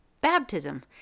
baptism